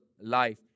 life